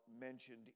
mentioned